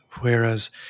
whereas